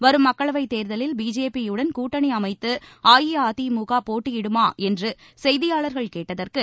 வரும் மக்களவைத் தேர்தலில் பிஜேபி யுடன் கூட்டணி அமைத்து அஇஅதிமுக போட்டியிடுமா என்று செய்தியாளர்கள் கேட்டதற்கு